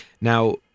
Now